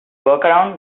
workaround